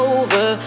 over